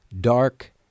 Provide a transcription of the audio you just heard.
dark